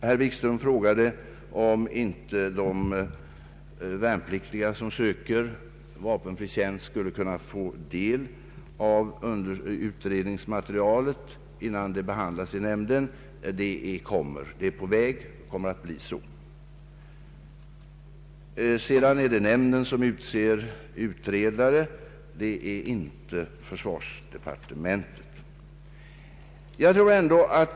Herr Wikström frågade om inte de värnpliktiga som söker vapenfri tjänst skulle kunna få del av utredningsmaterialet, innan det behandlas i nämnden. Det kommer att bli så. Jag vill också framhålla att det är nämnden som utser utredare. Det är inte försvarsdepartementet.